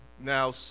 Now